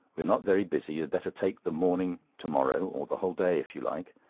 we are not very busy you had better take the morning to-morrow, or the whole day if you like.